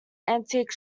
antique